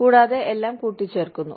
കൂടാതെ എല്ലാം കൂട്ടിച്ചേർക്കുന്നു